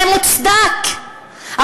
זה מוצדק,